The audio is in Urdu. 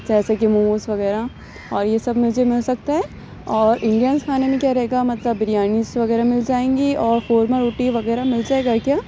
جیسے کہ موموز وغیرہ اور یہ سب مجھے مل سکتا ہے اور انڈینس کھانے میں کیا رہے گا مطلب بریانی وغیرہ مل جائیں گی اور قورما روٹی وغیرہ مل جائے گا کیا